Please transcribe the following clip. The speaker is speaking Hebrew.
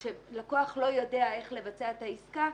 כאשר לקוח לא יודע איך לבצע את העסקה,